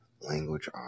Language